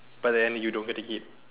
but then you don't get to eat